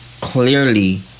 clearly